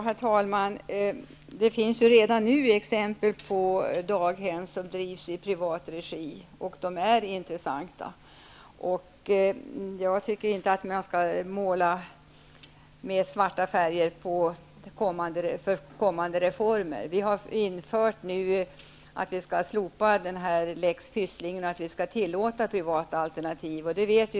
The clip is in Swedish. Herr talman! Det finns redan i dag exempel på daghem som drivs i privat regi och som är intressanta. Jag tycker inte man skall måla med svarta färger i fråga om kommande reformer. Vi har nu bestämt att slopa lex Pysslingen och tillåta privata alternativ.